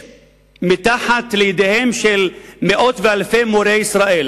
מתחת לידיהם של מאות ואלפי מורי ישראל,